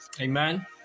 Amen